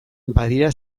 badira